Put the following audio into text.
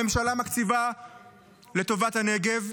הממשלה מקציבה לטובת הנגב?